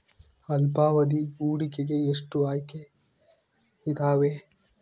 ಅಲ್ಪಾವಧಿ ಹೂಡಿಕೆಗೆ ಎಷ್ಟು ಆಯ್ಕೆ ಇದಾವೇ?